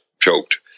choked